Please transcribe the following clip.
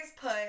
put